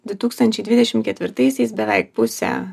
du tūkstančiai dvidešimt ketvirtaisiais beveik pusę